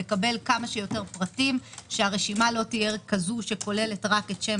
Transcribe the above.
לקבל כמה שיותר פרטים שהרשימה לא תהיה כזו שכוללת רק את שם